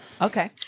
Okay